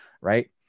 right